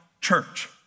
church